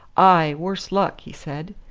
ay, worse luck, he said.